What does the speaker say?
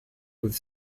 with